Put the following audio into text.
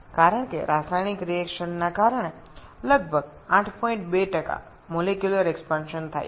তবে রাসায়নিক বিক্রিয়ায় প্রায় ৮২ আণবিক বিস্তৃতি হাওয়ায় এই চূড়ান্ত চাপে একটি লক্ষণীয় পরিবর্তন হয়েছে